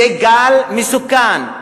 זה גל מסוכן.